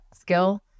skill